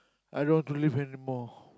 I don't believe anymore